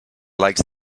likes